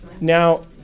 Now